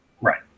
Right